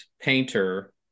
painter